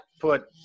put